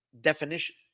definition